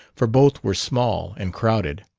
for both were small and crowded.